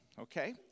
okay